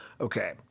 Okay